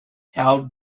how